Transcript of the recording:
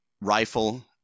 rifle